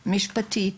משפטית,